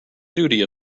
duty